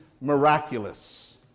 miraculous